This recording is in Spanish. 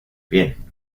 bien